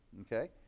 okay